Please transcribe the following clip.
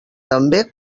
també